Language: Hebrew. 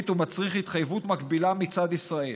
ומצריך התחייבות מקבילה מצד ישראל,